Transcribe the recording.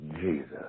Jesus